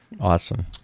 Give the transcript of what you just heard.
Awesome